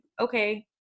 okay